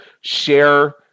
share